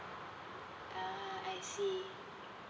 ah I see